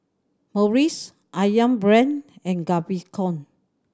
Morries Ayam Brand and Gaviscon